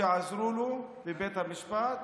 שיעזרו לו בבית המשפט